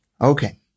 Okay